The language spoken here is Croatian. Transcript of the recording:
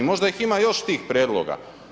Možda ih ima još tih prijedloga.